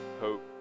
hope